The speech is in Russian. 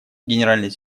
генеральный